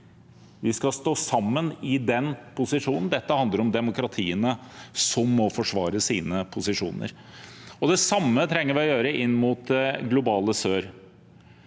Vi skal stå sammen i den posisjonen. Dette handler om demokratier som må forsvare sine posisjoner. Det samme trenger vi å gjøre inn mot det globale sør.